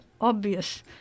obvious